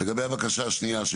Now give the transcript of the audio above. לגבי הבקשה השנייה.